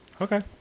Okay